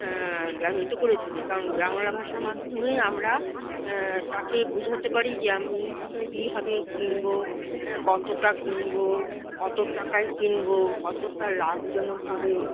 ব্যবহার করে থাকি কারণ বাংলা ভাষার মাধ্যমে আমরা তাকে বুঝাতে পারি যে আমি কীভাবে কিনব হ্যাঁ কতটা কিনব কত টাকায় কিনব কতটা লাভজনক হবে